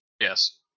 yes